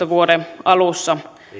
vuoden kaksituhattaseitsemäntoista alussa